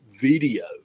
video